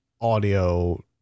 audio